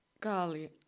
Golly